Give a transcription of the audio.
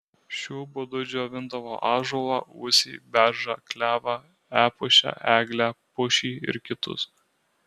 šiuo būdu džiovindavo ąžuolą uosį beržą klevą epušę eglę pušį ir kitus